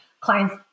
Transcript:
clients